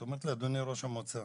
היא אומרת לי אדוני ראש המועצה,